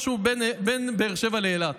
משהו בין באר שבע לאילת.